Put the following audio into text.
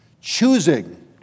Choosing